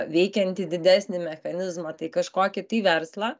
veikiantį didesnį mechanizmą tai kažkokį tai verslą